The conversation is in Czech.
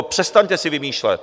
Přestaňte si vymýšlet!